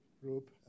group